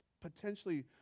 potentially